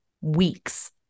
weeks